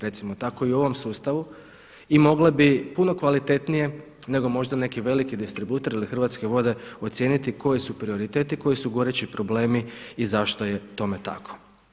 Recimo tako i u ovom sustavu i mogle bi puno kvalitetnije nego možda neki veliki distributer ili Hrvatske vode ocijeniti koji su prioriteti, koji su gorući problemi i zašto je tome tako.